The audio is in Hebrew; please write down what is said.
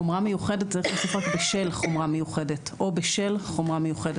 או בשל חומרה מיוחדת.